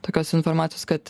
tokios informacijos kad